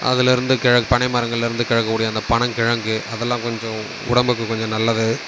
அதிலேருந்து கெ பனைமரங்கள்லிருந்து கிடைக்கக்கூடிய அந்த பனங்கிழங்கு அதெல்லாம் கொஞ்சம் உடம்புக்கு கொஞ்சம் நல்லது